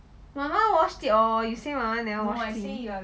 mama washed it orh you say mama never wash clean